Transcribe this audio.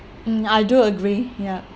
mm I do agree yeah